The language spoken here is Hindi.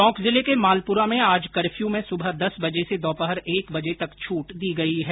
टोंक जिले के मालपुरा में आज कर्फ्यू में सुबह दस बजे से दोपहर एक बजे तक छूट दी गई है